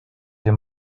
your